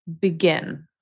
begin